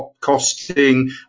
costing